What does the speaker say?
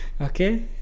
okay